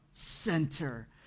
center